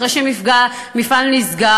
אחרי שמפעל נסגר,